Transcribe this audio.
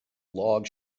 log